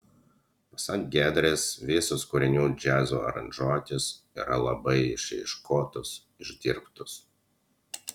pasak giedrės visos kūrinių džiazo aranžuotės yra labai išieškotos išdirbtos